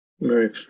Right